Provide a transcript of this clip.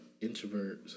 introverts